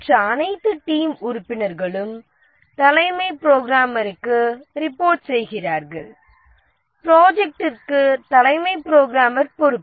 மற்ற அனைத்து டீம் உறுப்பினர்களும் தலைமை புரோகிராமருக்கு ரிபோர்ட் செய்கிறார்கள் ப்ரோஜெக்ட்டிற்கு தலைமை புரோகிராமர் பொறுப்பு